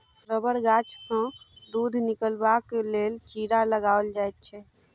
रबड़ गाछसँ दूध निकालबाक लेल चीरा लगाओल जाइत छै